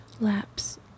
lapse